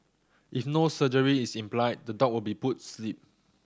if no surgery is implied the dog will be put sleep